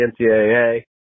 NCAA